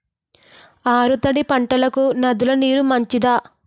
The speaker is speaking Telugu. ఆరు తడి పంటలకు నదుల నీరు మంచిదా?